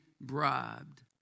bribed